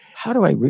how do i,